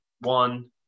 one